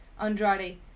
Andrade